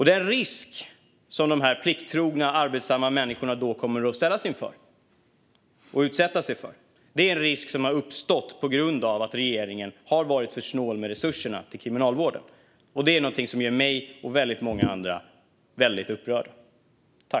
Den risk som de plikttrogna, arbetsamma människorna kommer att utsättas för är en risk som har uppstått på grund av att regeringen har varit för snål med resurserna till Kriminalvården. Det gör mig och många andra upprörda.